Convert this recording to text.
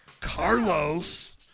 carlos